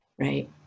right